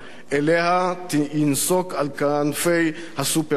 שאליה ינסוק על כנפי ה"סופר-טנקר".